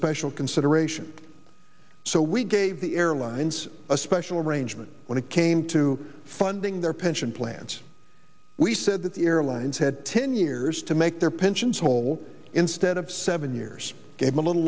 special consideration so we gave the airlines a special arrangement when it came to funding their pension plans we said that the airlines had ten years to make their pensions whole instead of seven years gave a little